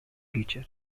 teacher